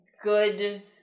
good